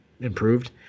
improved